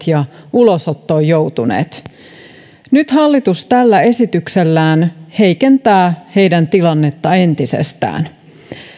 ja ulosottoon joutuneilla nyt hallitus tällä esityksellään heikentää heidän tilannettaan entisestään